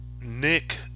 Nick